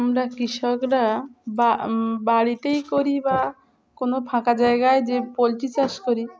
আমরা কৃষকরা বা বাড়িতেই করি বা কোনো ফাঁকা জায়গায় যে পোলট্রি চাষ করি